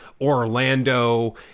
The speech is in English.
Orlando